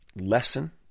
lesson